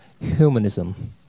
humanism